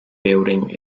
building